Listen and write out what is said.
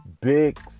big